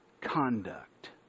conduct